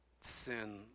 sin